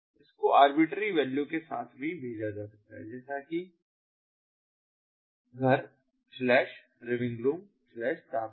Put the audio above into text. इसको arbitrary value के साथ भी भेजा जा सकता है जैसे कि घर लिविंग रूम तापमान